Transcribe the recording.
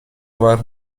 were